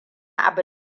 abu